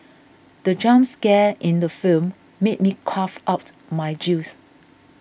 the jump scare in the film made me cough out my juice